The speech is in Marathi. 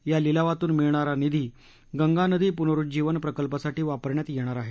या लिलावातून मिळणारा निधी गंगा नदी पुनरुज्जीवन प्रकल्पासाठी वापरण्यात येणार आहे